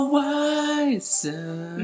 wiser